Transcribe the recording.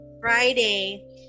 Friday